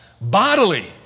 Bodily